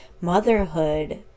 motherhood